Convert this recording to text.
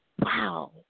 Wow